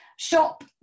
shop